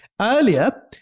Earlier